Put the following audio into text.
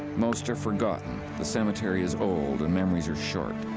most are forgotten the cemetery is old and memories are short.